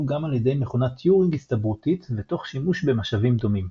גם על ידי מכונת טיורינג הסתברותית ותוך שימוש במשאבים דומים.